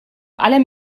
allem